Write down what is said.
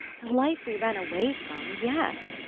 the life we ran away from yes!